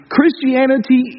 Christianity